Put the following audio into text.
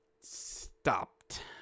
Stopped